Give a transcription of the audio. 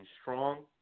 strong